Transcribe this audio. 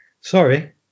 Sorry